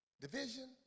division